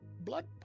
blood